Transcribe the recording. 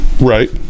right